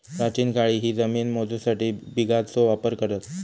प्राचीन काळीही जमिनी मोजूसाठी बिघाचो वापर करत